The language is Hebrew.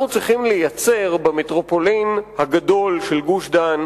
אנחנו צריכים לייצר במטרופולין הגדולה של גוש-דן